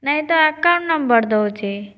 ନାଇଁ ତ account number ଦେଉଛି